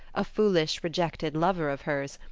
a foolish, rejected lover of hers,